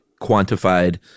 quantified